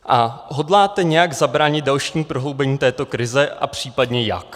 A hodláte nějak zabránit dalšímu prohloubení této krize a případně jak?